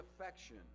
affection